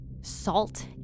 salt